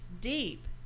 deep